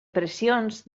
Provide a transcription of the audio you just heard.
pressions